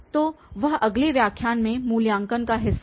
तो वह अगले व्याख्यान में मूल्यांकन का हिस्सा था